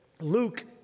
Luke